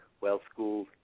well-schooled